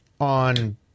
on